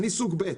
אני סוג ב',